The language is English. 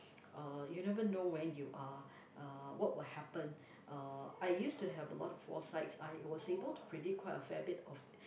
uh you never know when you are uh what would happen uh I used to have a lot of foresights I was able to predict quite a fair bit of